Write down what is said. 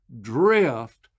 drift